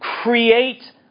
Create